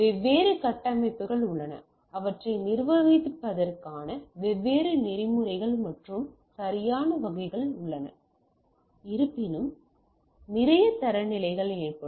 வெவ்வேறு கட்டமைப்புகள் உள்ளன அவற்றை நிர்வகிப்பதற்கான வெவ்வேறு நெறிமுறைகள் மற்றும் சரியான வகைகள் உள்ளன இருப்பினும் நிறைய தரநிலைகள் ஏற்படும்